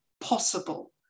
possible